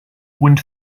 wind